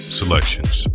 selections